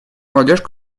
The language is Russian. молодежь